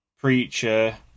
Preacher